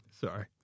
Sorry